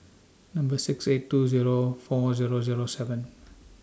Number six eight two Zero four Zero Zero seven